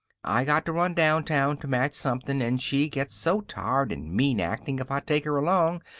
i got to run downtown to match something and she gets so tired and mean-acting if i take her along.